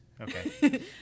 Okay